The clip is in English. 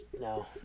No